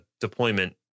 deployment